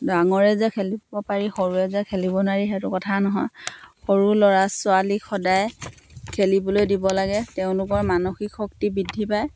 ডাঙৰে যে খেলিব পাৰি সৰুৰে যে খেলিব নোৱাৰি সেইটো কথা নহয় সৰু ল'ৰা ছোৱালীক সদায় খেলিবলৈ দিব লাগে তেওঁলোকৰ মানসিক শক্তি বৃদ্ধি পায়